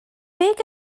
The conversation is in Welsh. beth